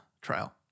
trial